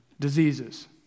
Diseases